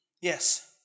Yes